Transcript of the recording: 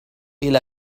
إلى